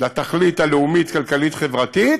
לתכלית הלאומית-כלכלית-חברתית,